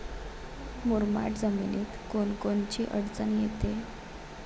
मुरमाड जमीनीत कोनकोनची अडचन येते?